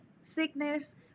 sickness